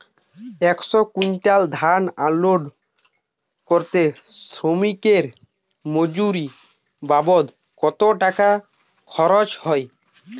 একশো কুইন্টাল ধান আনলোড করতে শ্রমিকের মজুরি বাবদ কত টাকা খরচ হয়?